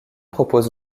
propose